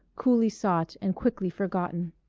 coolly sought and quickly forgotten.